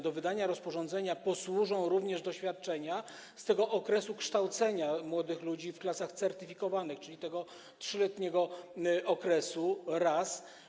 Do wydania rozporządzenia posłużą również doświadczenia z okresu kształcenia młodych ludzi w klasach certyfikowanych, czyli tego 3-letniego okresu, to raz.